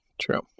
True